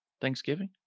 thanksgiving